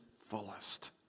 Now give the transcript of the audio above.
fullest